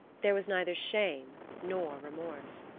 there was neither shame nor remorse.